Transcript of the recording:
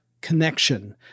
connection